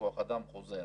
כוח אדם חוזר.